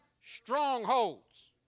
strongholds